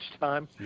time